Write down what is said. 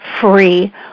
free